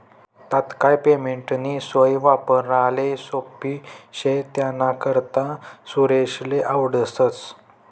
तात्काय पेमेंटनी सोय वापराले सोप्पी शे त्यानाकरता सुरेशले आवडस